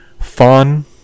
fun